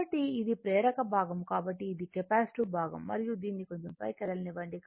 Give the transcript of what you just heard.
కాబట్టి ఇది ప్రేరక భాగం కాబట్టి ఇది కెపాసిటివ్ భాగం మరియు దీనిని కొంచెం పైకి కదలనివ్వండి